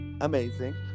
Amazing